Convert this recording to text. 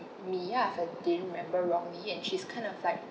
miyah if I didn't remember wrongly and she's kind of like